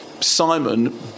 Simon